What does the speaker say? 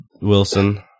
Wilson